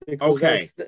Okay